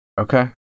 Okay